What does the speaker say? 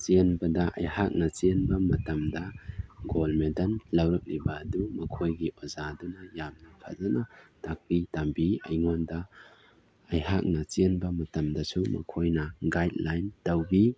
ꯆꯦꯟꯕꯗ ꯑꯩꯍꯥꯛꯅ ꯆꯦꯟꯕ ꯃꯇꯝꯗ ꯒꯣꯜꯗ ꯃꯦꯗꯟ ꯂꯧꯔꯛꯂꯤꯕ ꯑꯗꯨ ꯃꯈꯣꯏꯒꯤ ꯑꯣꯖꯥꯗꯨꯅ ꯌꯥꯝꯅ ꯐꯖꯅ ꯇꯥꯛꯄꯤ ꯇꯝꯕꯤ ꯑꯩꯉꯣꯟꯗ ꯑꯩꯍꯥꯛꯅ ꯆꯦꯟꯕ ꯃꯇꯝꯗꯁꯨ ꯃꯈꯣꯏꯅ ꯒꯥꯏꯗꯂꯥꯏꯟ ꯇꯧꯕꯤ